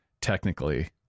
technically